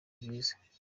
byiza